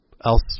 else